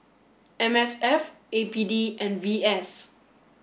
M S F A P D and V S